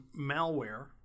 malware